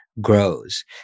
grows